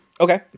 Okay